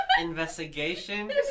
investigation